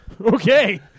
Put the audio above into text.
Okay